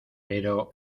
pero